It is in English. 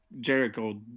Jericho